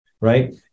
right